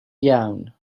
iawn